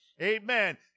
Amen